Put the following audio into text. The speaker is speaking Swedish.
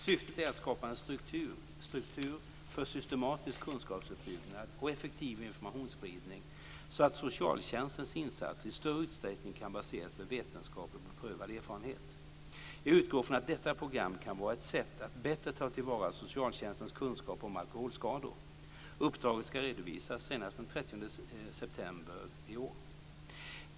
Syftet är att skapa en struktur för systematisk kunskapsuppbyggnad och effektiv informationsspridning så att socialtjänstens insatser i större utsträckning kan baseras på vetenskap och beprövad erfarenhet. Jag utgår från att detta program kan vara ett sätt att bättre ta till vara socialtjänstens kunskaper om alkoholskador. Uppdraget ska redovisas senast den 30 september i år.